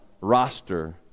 roster